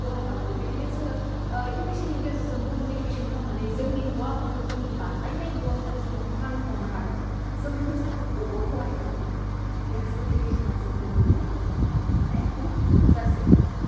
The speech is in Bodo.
हहाय खालामो बेखायनो जोङो ओह इडुकेशननि गेजेरजों कमिनेकेशन खामनानै जोंनि मुवाफोरखौ जोंनि बानायनाय मुवाफोरखौ जोङो फानहरनो हादों सह बेफोर जोंखौ बुहुत हहाय खालामदों एस इडुकेशना जोंखौ बुहुत ओह माने बुहुत थोजासे